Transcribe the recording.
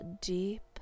deep